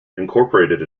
incorporated